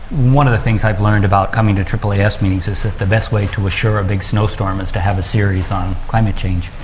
one of the things i've learned about coming to aaas meetings is that the best way to assure a big snowstorm is to have a series on climate change.